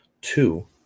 Two